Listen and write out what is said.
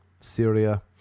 Syria